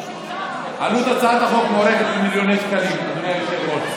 עלות הצעת החוק מוערכת במיליוני שקלים בשנה,